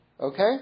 Okay